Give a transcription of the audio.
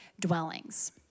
dwellings